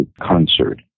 concert